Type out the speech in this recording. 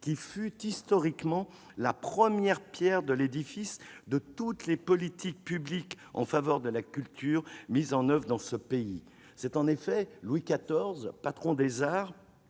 qui fut historiquement la première pierre de l'édifice de toutes les politiques publiques de la culture mises en oeuvre dans notre pays. C'est en effet Louis XIV, « patron des arts